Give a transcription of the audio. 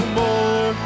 more